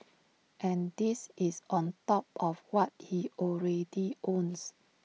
and this is on top of what he already owns